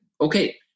okay